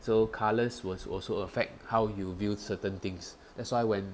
so colours was also affect how you view certain things that's why when